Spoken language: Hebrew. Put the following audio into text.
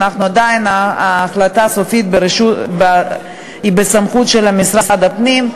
עדיין ההחלטה הסופית היא בסמכות של משרד הפנים.